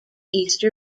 easter